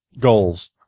goals